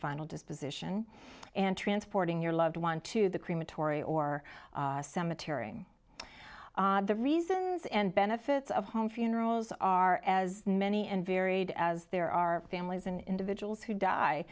final disposition and transporting your loved one to the crematory or cemetery the reasons and benefits of home funerals are as many and varied as there are families and individuals who die